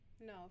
No